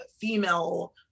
female